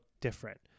different